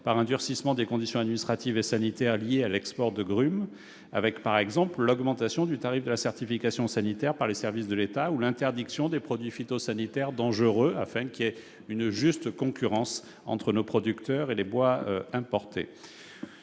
d'un durcissement des conditions administratives et sanitaires liées à l'export de grumes, avec, par exemple, l'augmentation du tarif de la certification sanitaire par les services de l'État ou l'interdiction des produits phytosanitaires dangereux, afin qu'il y ait une juste concurrence entre les bois de nos producteurs et ceux qui sont importés.